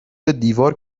دیوار